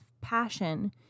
passion